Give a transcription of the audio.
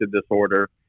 disorder